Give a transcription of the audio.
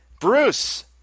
Bruce